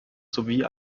sowie